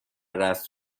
رسم